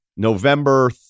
November